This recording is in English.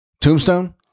Tombstone